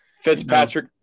Fitzpatrick